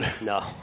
No